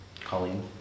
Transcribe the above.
colleen